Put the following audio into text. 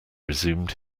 resumed